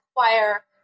require